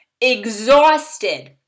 exhausted